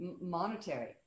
monetary